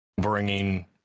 bringing